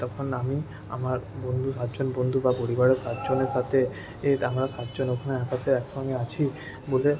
তখন আমি আমার বন্ধু সাতজন বন্ধু বা পরিবারের সাতজনের সাথে এ আমরা সাতজন ওখানে আকাশে একসঙ্গে আছি বলে